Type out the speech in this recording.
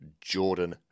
Jordan